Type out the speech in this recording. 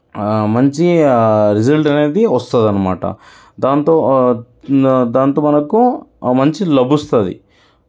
మంచి రిజల్ట్ అనేది వస్తుంది అన్నమాట దానితో దానితో మనకు మంచి లభుస్తుంది